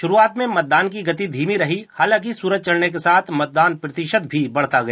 शुरुआत में मतदान की गति धीमी रही हालांकि सूरज चढ़ने के साथ मतदान प्रतिशत भी बढ़ता गया